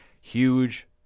huge